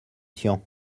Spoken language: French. tian